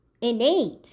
innate